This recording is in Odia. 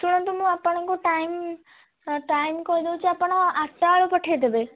ଶୁଣନ୍ତୁ ମୁଁ ଆପଣଙ୍କୁ ଟାଇମ୍ ଟାଇମ୍ କହିଦେଉଛି ଆପଣ ଆଠ୍ଟା ବେଳୁ ପଠେଇଦେବେ